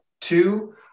Two